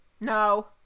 No